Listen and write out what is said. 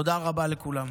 תודה רבה לכולם.